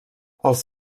els